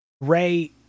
Ray